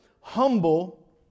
Humble